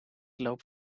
loop